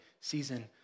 season